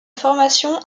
formation